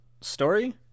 story